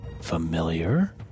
Familiar